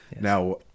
Now